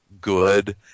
good